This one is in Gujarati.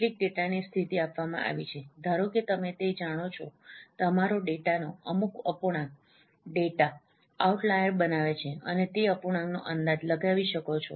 કેટલીક ડેટાની સ્થિતિ આપવામાં આવી છે ધારો કે તમે તે જાણો છો તમારો ડેટાના અમુક અપૂર્ણાંક ડેટા આઉટલાઈર બનાવે છે અને તમે તે અપૂર્ણાંકનો અંદાજ લગાવી શકો છો